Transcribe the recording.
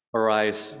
arise